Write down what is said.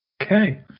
Okay